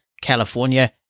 California